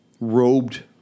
robed